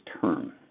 term